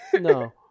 No